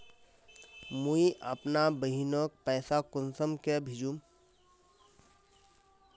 मुई अपना बहिनोक पैसा कुंसम के भेजुम?